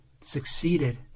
succeeded